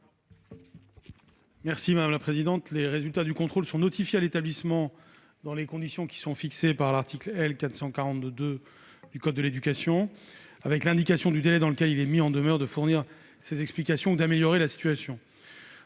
l'avis du Gouvernement ? Les résultats du contrôle sont notifiés à l'établissement dans les conditions fixées par l'article L. 442-2 du code de l'éducation, avec l'indication du délai dans lequel il est mis en demeure de fournir ses explications et d'améliorer la situation.